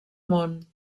món